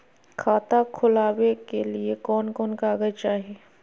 खाता खोलाबे के लिए कौन कौन कागज चाही?